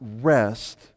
rest